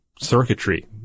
Circuitry